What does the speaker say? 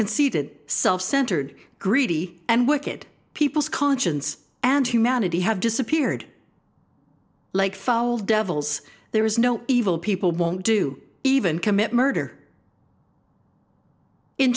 conceited self centered greedy and wicked peoples conscience and humanity have disappeared like fall devils there is no evil people won't do even commit murder in